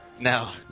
Now